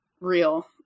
real